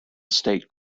state